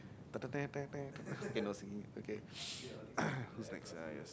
okay no singing okay who's next ah yes